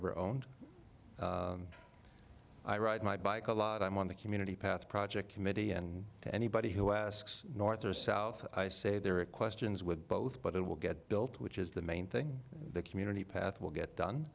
ever owned i ride my bike a lot i'm on the community path project committee and to anybody who asks north or south i say there are questions with both but it will get built which is the main thing the community path will get done